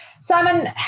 Simon